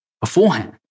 beforehand